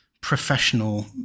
professional